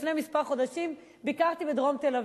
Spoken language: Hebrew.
לפני כמה חודשים ביקרתי בדרום תל-אביב.